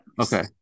Okay